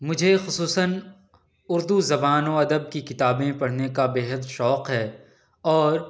مجھے خصوصاً اردو زبان و ادب كی کتابیں پڑھنے کا بےحد شوق ہے اور